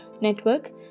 network